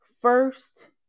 first